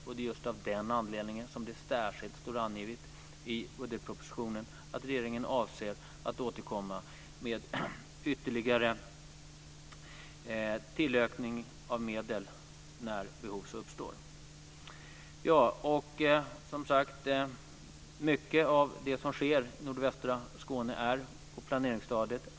Det är just av den anledningen som det särskilt står angivet i budgetpropositionen att regeringen avser att återkomma med ytterligare ökning av medel när behov uppstår. Mycket av det som sker i nordvästra Skåne är på planeringsstadiet.